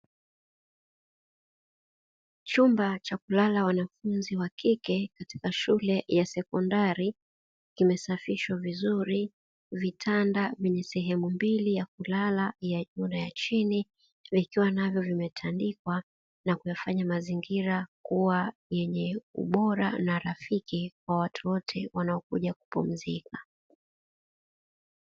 Chumba cha kulala wanafunzi wa kike wa shule ya sekondari kimesafishwa vizuri vitanda vyenye sehemu mbili ya kulala ya chini vikiwa navyo vimetandikwa na kuyafanya mazingira kuwa yenye ubora na rafiki wa watu wote wanaokuja kupumzika.